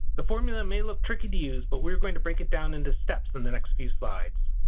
the formula may look tricky to use but we are going to break it down into steps in the next few slides.